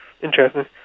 Interesting